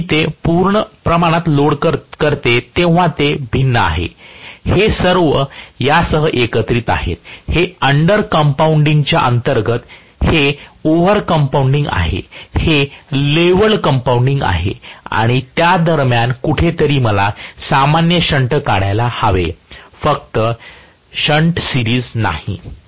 जेव्हा मी ते पूर्ण प्रमाणात लोड करते तेव्हा हे भिन्न आहे हे सर्व यासह एकत्रित आहेत हे अंडर कंपाऊंडिंगच्या अंतर्गत हे ओव्हर कंपाऊंडिंग आहे हे लेवल कंपाऊंडिंग आहे आणि त्या दरम्यान कुठेतरी मला सामान्य शंट काढायला हवे फक्त शंट सिरिज नाही